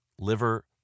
liver